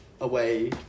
away